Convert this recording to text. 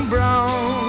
Brown